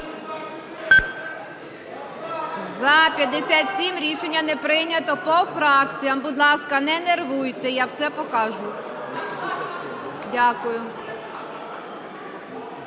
За-57 Рішення не прийнято. По фракціям, будь ласка. Не нервуйте, я все покажу. Дякую.